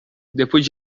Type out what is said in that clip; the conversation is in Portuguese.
depois